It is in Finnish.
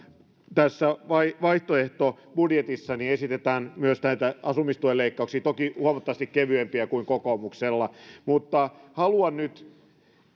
vaihtoehtobudjetissa esitetään myös näitä asumistuen leikkauksia toki huomattavasti kevyempiä kuin kokoomuksella mutta haluan nyt